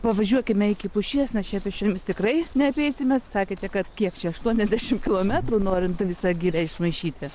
pavažiuokime iki pušies nes čia pėsčiomis tikrai neapeisim mes sakėte kad kiek čia aštuoniasdešimt kilometrų norint visą girią išmaišyti